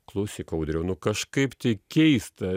klausyk audriau nu kažkaip tai keista